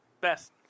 Best